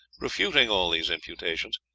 refuting all these imputations,